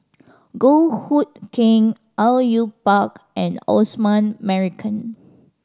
Goh Hood Keng Au Yue Pak and Osman Merican